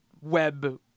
web